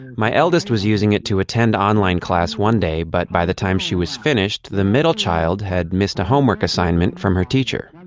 my eldest was using it to attend online class one day but by the time she was finished, the middle child had missed a homework assignment from her teacher,